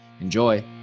Enjoy